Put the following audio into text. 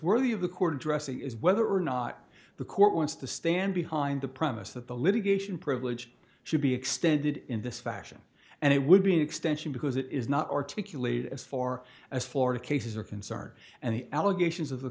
worthy of the court addressing is whether or not the court wants to stand behind the premise that the litigation privilege should be extended in this fashion and it would be an extension because it is not our to as far as florida cases are concerned and the allegations of the